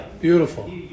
Beautiful